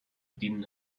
din